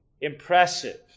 impressive